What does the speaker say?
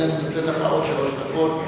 אני נותן לך עוד שלוש דקות,